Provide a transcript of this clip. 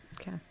Okay